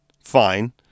fine